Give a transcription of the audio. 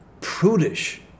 prudish